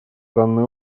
данной